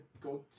go